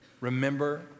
Remember